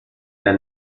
der